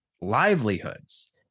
livelihoods